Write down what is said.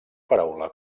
paraula